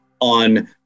on